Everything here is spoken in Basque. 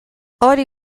hori